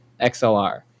XLR